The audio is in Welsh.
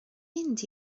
mynd